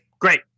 Great